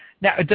Now